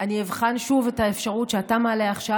אני אבחן שוב את האפשרות שאתה מעלה עכשיו,